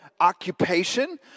occupation